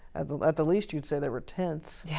at the at the least you'd say they were tense, yeah